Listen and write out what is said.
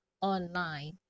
online